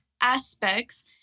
aspects